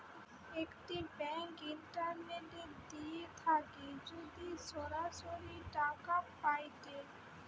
একটি bank internet দিয়ে থাকে যদি সরাসরি টাকা পায়েটে